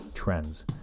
trends